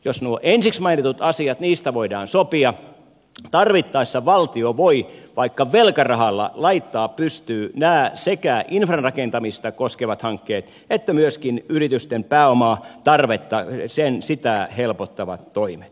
jos noista ensiksi mainituista asioista voidaan sopia tarvittaessa valtio voi vaikka velkarahalla laittaa pystyyn sekä nämä infrarakentamista koskevat hankkeet että myöskin yritysten pääomatarvetta helpottavat toimet